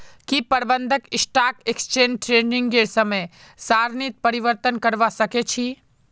की प्रबंधक stock exchange ट्रेडिंगेर समय सारणीत परिवर्तन करवा सके छी